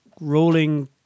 rolling